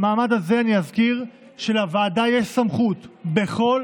אני אזכיר במעמד הזה שלוועדה יש סמכות בכל